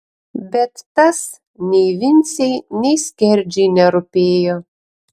bet tas nei vincei nei skerdžiui nerūpėjo